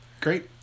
great